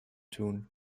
tun